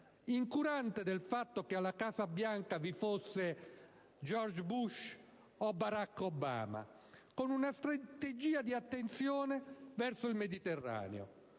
incurante del fatto che alla Casa Bianca vi fosse George Bush o Barack Obama, con una strategia di attenzione verso il Mediterraneo.